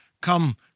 Come